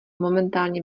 momentálně